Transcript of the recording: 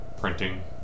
printing